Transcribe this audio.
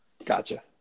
Gotcha